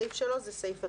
סעיף 3 זה סעיף התקציב.